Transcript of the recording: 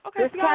Okay